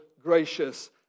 gracious